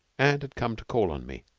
and had come to call on me